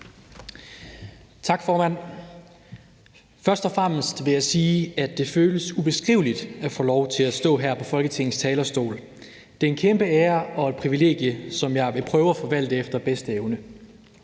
Tak, formand. Først og fremmest vil jeg sige, at det føles ubeskriveligt at få lov til at stå her på Folketingets talerstol. Det er en kæmpe ære og et privilegie, som jeg vil prøve at forvalte efter bedste evne.